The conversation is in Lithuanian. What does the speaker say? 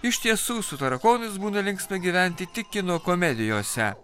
iš tiesų su tarakonais būna linksma gyventi tik kino komedijose